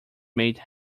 mate